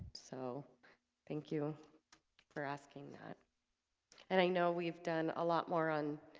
so thank you for asking that and i know we've done a lot more on